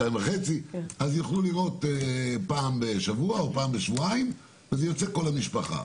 יוכלו לראות פעם בשבוע או פעם בשבועיים וזה יוצא כל המשפחה.